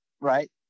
right